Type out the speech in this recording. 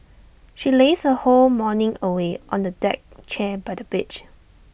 she lazed her whole morning away on A deck chair by the beach